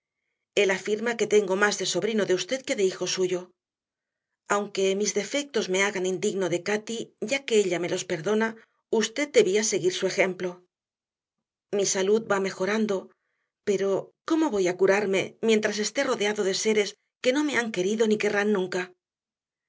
él afirma que tengo más de sobrino de usted que de hijo suyo aunque mis defectos me hagan indigno de cati ya que ella me los perdona usted debía seguir su ejemplo mi salud va mejorando pero cómo voy a curarme mientras esté rodeado de seres que no me han querido ni querrán nunca